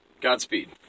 godspeed